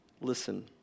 listen